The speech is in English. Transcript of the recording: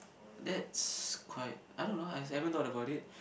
that's quite I don't know I haven't thought about it